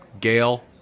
gail